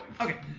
Okay